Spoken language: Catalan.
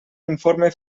informe